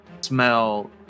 smell